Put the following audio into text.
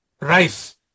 rice